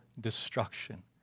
destruction